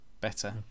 Better